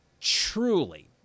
truly